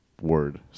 Word